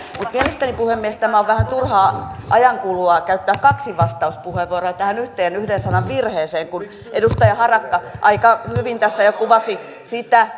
mielestäni puhemies tämä on vähän turhaa ajankulua käyttää kaksi vastauspuheenvuoroa tähän yhteen yhden sanan virheeseen kun edustaja harakka aika hyvin tässä jo kuvasi sitä